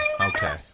okay